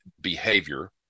behavior